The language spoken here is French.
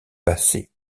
passaient